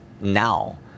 now